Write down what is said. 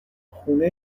خونه